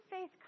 faith